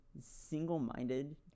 single-minded